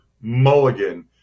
Mulligan